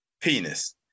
penis